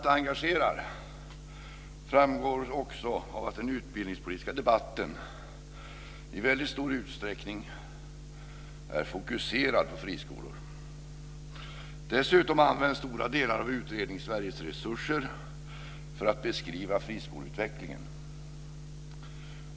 Det framgår också av att den utbildningspolitiska debatten i väldigt stor utsträckning är fokuserad på friskolor. Dessutom används stora delar av Utrednings-Sveriges resurser för att beskriva friskoleutvecklingen.